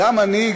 גם אני,